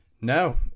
No